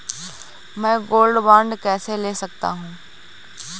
मैं gold bond कैसे ले सकता हूँ?